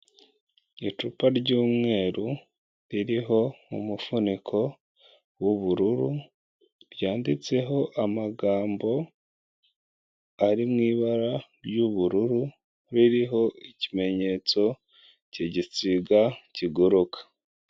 Icupa ry'umweru ririho umufuniko w'ubururu, ryanditseho amagambo ari mu ibara ry'ubururu, ririho ikimenyetso cy'igisiga kiguruka.